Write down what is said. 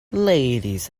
ladies